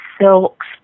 silks